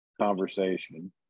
conversation